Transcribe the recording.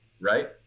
right